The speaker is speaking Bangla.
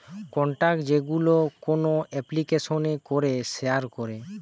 কন্টাক্ট যেইগুলো কোন এপ্লিকেশানে করে শেয়ার করে